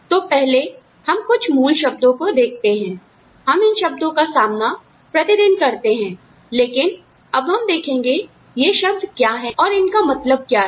तो पहले हम कुछ मूल शब्दों को देखते हैं हम इन शब्दों का सामना प्रतिदिन करते हैं लेकिन अब हम देखेंगे ये शब्द क्या हैं और इनका मतलब क्या है